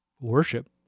worship